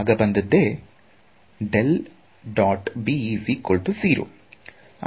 ಆಗ ಬಂದದ್ದೇ